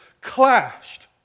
clashed